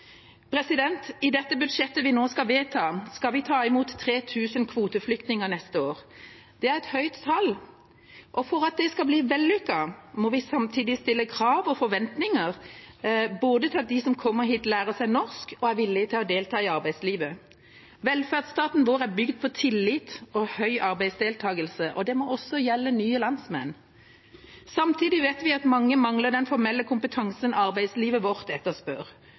I dette budsjettet vi nå skal vedta, skal vi ta imot 3 000 kvoteflyktninger neste år. Det er et høyt tall, og for at det skal bli vellykket, må vi samtidig stille krav og ha forventninger til at de som kommer hit, både lærer seg norsk og er villige til å delta i arbeidslivet. Velferdsstaten vår er bygd på tillit og høy arbeidsdeltakelse, og det må også gjelde nye landsmenn. Samtidig vet vi at mange mangler den formelle kompetansen arbeidslivet vårt etterspør.